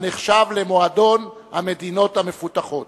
הנחשב למועדון המדינות המפותחות.